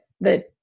that-